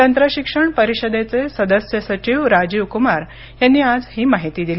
तंत्रशिक्षण परिषदेचे सदस्य सचिव राजीव कुमार यांनी आज ही माहिती दिली